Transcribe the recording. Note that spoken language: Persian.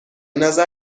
نظر